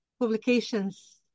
publications